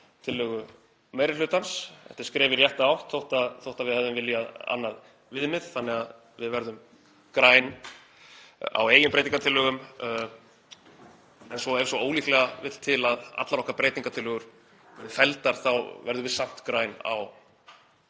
tillögu meiri hlutans. Þetta er skref í rétta átt þótt við hefðum viljað annað viðmið. Þannig að við verðum græn á eigin breytingartillögum en svo ef svo ólíklega vill til að allar okkar breytingartillögur verði felldar þá verðum við samt græn á